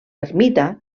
ermita